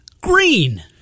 Green